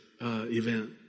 event